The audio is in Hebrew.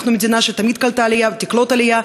אנחנו מדינה שתמיד קלטה עלייה ותקלוט עלייה.